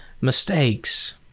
mistakes